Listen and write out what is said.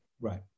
right